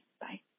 bye